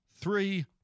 three